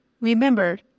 remember